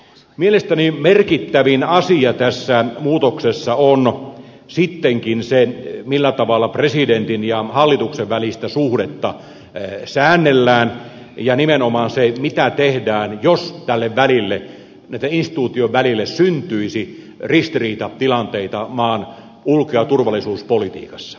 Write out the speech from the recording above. mielestäni merkittävin asia tässä muutoksessa on sittenkin se millä tavalla presidentin ja hallituksen välistä suhdetta säännellään ja nimenomaan mitä tehdään jos näitten instituutioitten välille syntyisi ristiriitatilanteita maan ulko ja turvallisuuspolitiikassa